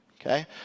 Okay